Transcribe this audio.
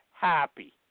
happy